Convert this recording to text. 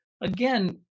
Again